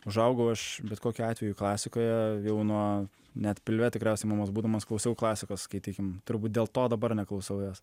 užaugau aš bet kokiu atveju klasikoje jau nuo net pilve tikriausiai mamos būdamas klausiau klasikos skaitykim turbūt dėl to dabar neklausau jos